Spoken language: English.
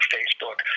Facebook